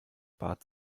bat